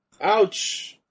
Ouch